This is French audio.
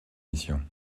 mission